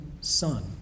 son